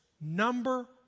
number